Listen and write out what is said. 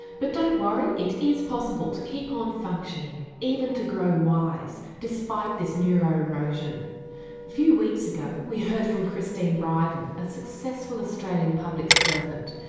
but don't worry, it is possible to keep on functioning, even to grow wise, despite this neuro-erosion. a few weeks ago we heard from christine bryden, a successful australian public servant.